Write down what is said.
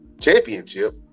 championship